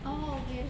orh okay